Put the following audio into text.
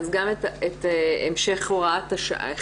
אז גם את המשך הוראת השעה,